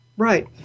Right